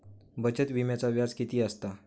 बचत विम्याचा व्याज किती असता?